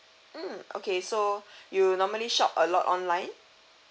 mm okay so you normally shop a lot online